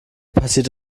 passiert